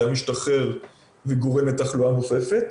היה משתחרר וגורם לתחלואה נוספת.